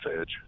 edge